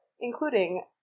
including